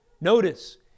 Notice